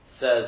says